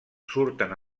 surten